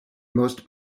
most